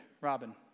Robin